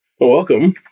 Welcome